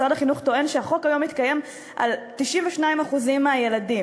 משרד החינוך טוען שהחוק מתקיים היום על 92% מהילדים,